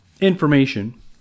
information